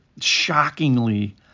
shockingly